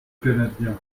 canadien